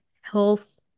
health